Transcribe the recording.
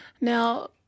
Now